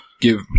give